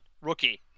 rookie